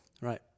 Right